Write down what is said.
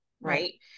right